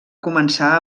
començar